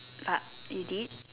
uh you did